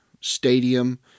stadium